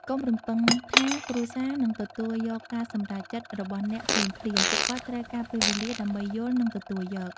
កុំរំពឹងថាគ្រួសារនឹងទទួលយកការសម្រេចចិត្តរបស់អ្នកភ្លាមៗ ពួកគាត់ត្រូវការពេលវេលាដើម្បីយល់ និងទទួលយក។